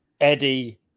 Eddie